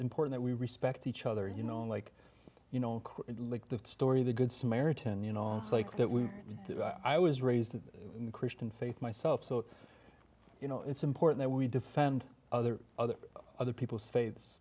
mportant we respect each other you know like you know like the story of the good samaritan you know it's like that when i was raised in christian faith myself so you know it's important that we defend other other other people's faiths